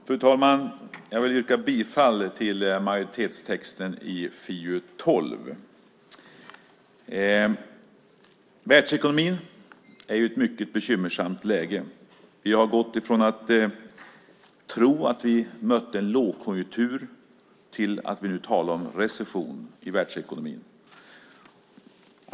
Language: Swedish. Fru talman! Jag vill yrka bifall till majoritetens förslag i FiU12. Världsekonomin är i ett mycket bekymmersamt läge. Vi har gått från att tro att vi mötte en lågkonjunktur till att nu tala om en recession i världsekonomin.